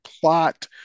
plot